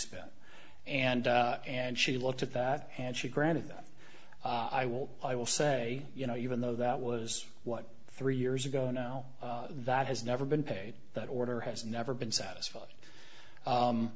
spent and and she looked at that and she granted that i will i will say you know even though that was what three years ago now that has never been paid that order has never been satisfied